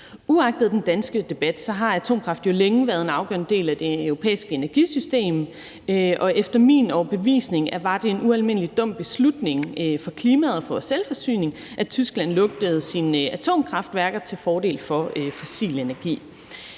Uagtet den danske debat har atomkraft jo længe været en afgørende del af det europæiske energisystem, og efter min overbevisning var det en ualmindelig dum beslutning for klimaet og for vores selvforsyning, at Tyskland lukkede sine atomkraftværker til fordel for fossil energi.